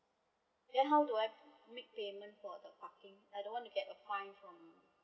then how do I make payment for the parking I don't want to get a fine from